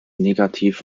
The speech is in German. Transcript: negativ